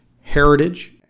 heritage